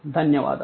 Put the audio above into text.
ధన్యవాదాలు